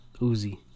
Uzi